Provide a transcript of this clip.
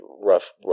rough